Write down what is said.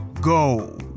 go